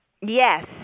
Yes